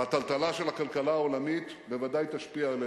והטלטלה של הכלכלה העולמית בוודאי תשפיע עלינו.